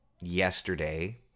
yesterday